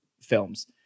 films